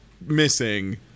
missing